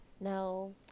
No